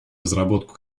разработку